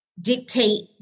dictate